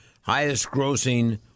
highest-grossing